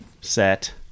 set